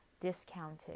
discounted